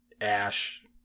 ash